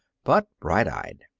but bright-eyed.